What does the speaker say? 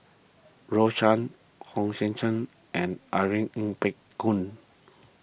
Rose Chan Hong Sek Chern and Irene Ng Phek Hoong